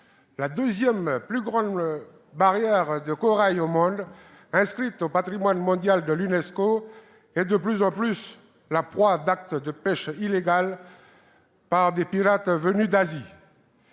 la deuxième plus grande barrière de corail au monde, inscrite au patrimoine mondial de l'UNESCO, est de plus en plus la proie d'actes de pêche illégale commis par des pirates venus d'Asie.